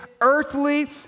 earthly